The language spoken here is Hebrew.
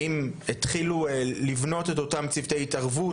האם התחילו לבנות את אותם צוותי התערבות?